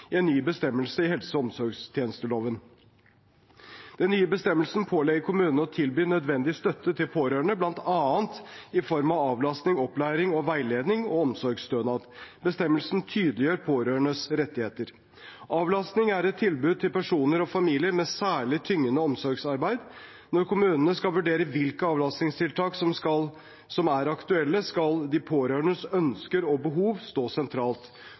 en ny bestemmelse i helse- og omsorgstjenesteloven. Den nye bestemmelsen pålegger kommunen å tilby nødvendig støtte til pårørende, bl.a. i form av avlastning, opplæring og veiledning og omsorgsstønad. Bestemmelsen tydeliggjør pårørendes rettigheter. Avlastning er et tilbud til personer og familier med særlig tyngende omsorgsarbeid. Når kommunene skal vurdere hvilke avlastningstiltak som er aktuelle, skal de pårørendes ønsker og behov stå sentralt.